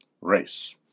race